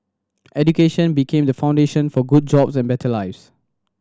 education became the foundation for good jobs and better lives